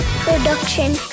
Production